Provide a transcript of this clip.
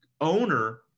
owner